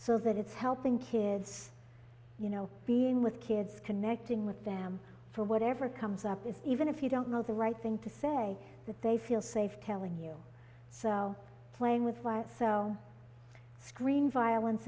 so that it's helping kids you know being with kids connecting with them for whatever comes up is even if you don't know the right thing to say that they feel safe telling you so playing with what so screen violence